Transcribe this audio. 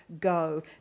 go